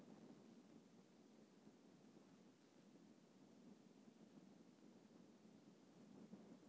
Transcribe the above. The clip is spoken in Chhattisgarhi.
ईंट भट्ठा लगाए बर समूह ले पांच लाख लाख़ लोन ले सब्बो ता कतक छूट मिल सका थे?